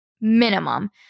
Minimum